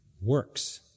Works